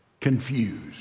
confused